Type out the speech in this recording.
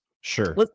Sure